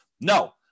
no